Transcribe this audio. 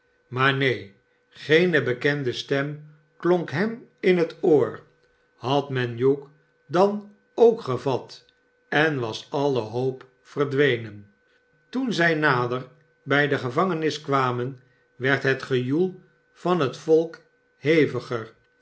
maar neen geene bekende stem klonk hem in het oor had men hugh dan ookgevat en wasalle hoop verdwenen toen zij nader bij de gevangenis kwamen werd het gejoel van het volk heviger